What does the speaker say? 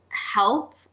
Help